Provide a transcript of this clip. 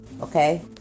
Okay